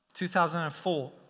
2004